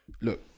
look